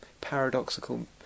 paradoxical